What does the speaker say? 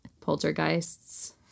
Poltergeists